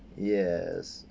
yes